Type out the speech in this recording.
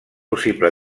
possible